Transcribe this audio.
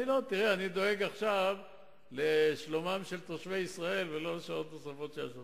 אני דואג עכשיו לשלומם של תושבי ישראל ולא לשעות נוספות לשוטרים.